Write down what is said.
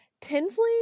Tinsley